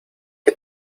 qué